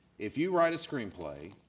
if you write a screenplay,